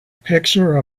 picture